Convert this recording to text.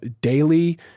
daily